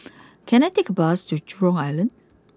can I take a bus to Jurong Island